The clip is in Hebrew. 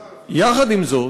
יחד עם זאת,